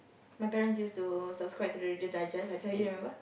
my parents used to subscript to the Reader Digest I tell you remember